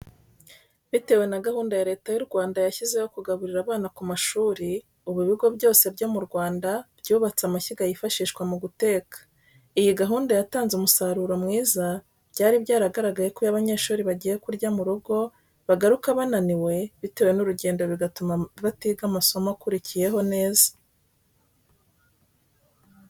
Bitewe na gahunda Leta y'u Rwanda yashyizeho yo kugaburira abana ku mashuri, ubu ibigo byose byo mu Rwanda byubatse amashyiga yifashishwa mu guteka. Iyi gahunda yatanze umusaruro mwiza, byari byaragaragaye ko iyo abanyeshuri bagiye kurya mu rugo bagaruka bananiwe bitewe n'urugendo bigatuma batiga amasomo akurikiyeho neza.